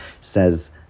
says